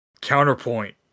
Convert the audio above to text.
Counterpoint